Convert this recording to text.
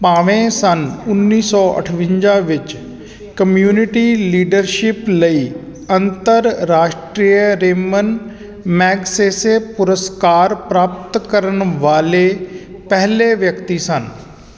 ਭਾਵੇ ਸੰਨ ਉੱਨੀ ਸੌ ਅਠਵੰਜਾ ਵਿੱਚ ਕਮਿਊਨਿਟੀ ਲੀਡਰਸ਼ਿਪ ਲਈ ਅੰਤਰਰਾਸ਼ਟਰੀ ਰੇਮਨ ਮੈਗਸੇਸੇ ਪੁਰਸਕਾਰ ਪ੍ਰਾਪਤ ਕਰਨ ਵਾਲੇ ਪਹਿਲੇ ਵਿਅਕਤੀ ਸਨ